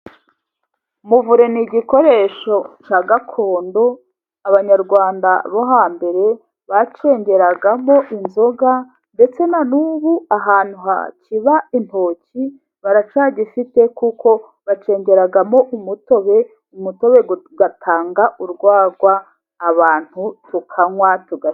Umuvure ni igikoresho cya gakondo abanyarwanda bo hambere bacengeragamo inzoga, ndetse na n'ubu ahantu hakiba intoki baracyagifite, kuko bacengeramo umutobe. Umutobe utanga urwagwa abantu tukanywa tugahaga.